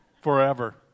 forever